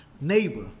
Neighbor